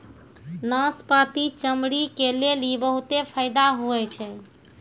नाशपती चमड़ी के लेली बहुते फैदा हुवै छै